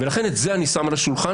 לכן את זה אני שם על השולחן.